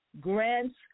grants